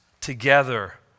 together